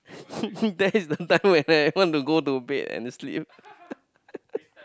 that's the time when I want to go to bed and sleep